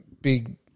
big